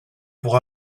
pour